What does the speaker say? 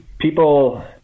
people